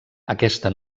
aquesta